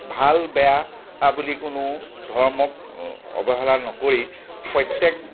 ভাল বেয়া বা বুলি কোনো ধৰ্মক অৱহেলা নকৰি প্ৰত্যেক